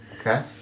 Okay